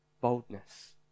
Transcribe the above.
boldness